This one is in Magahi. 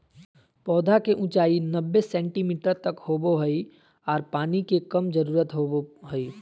पौधा के ऊंचाई नब्बे सेंटीमीटर तक होबो हइ आर पानी के कम जरूरत होबो हइ